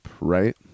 right